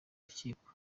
rukiko